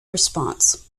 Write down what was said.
response